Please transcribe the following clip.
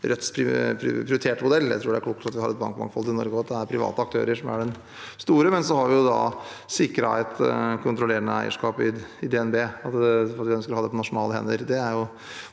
Rødts prioriterte modell. Jeg tror det er klokt at vi har et bankmangfold i Norge, og at det er private aktører som er de store, men vi har sikret et kontrollerende eierskap i DNB, som vi ønsker å ha på nasjonale hender.